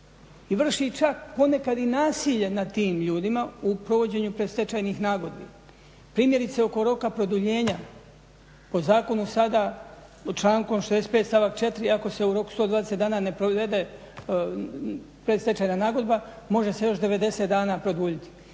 vrši čak ponekad i nasilje nad tim ljudima u provođenju predstečajnih nagodbi. Primjerice, oko roka produljenja. Po zakonu sada člankom 65. stavak 4. ako se u roku 120 dana ne provede predstečajna nagodba može se još 90 dana produljiti.